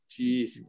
Jeez